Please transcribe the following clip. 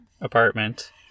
apartment